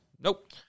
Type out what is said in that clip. Nope